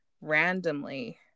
randomly